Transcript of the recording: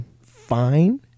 fine